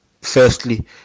firstly